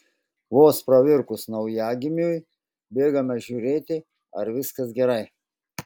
vos pravirkus naujagimiui bėgame žiūrėti ar viskas gerai